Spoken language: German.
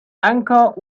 anker